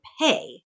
pay